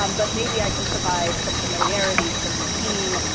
um but maybe i can provide some familiarity, some routine,